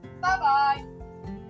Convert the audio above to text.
Bye-bye